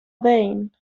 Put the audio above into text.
vein